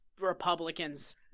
Republicans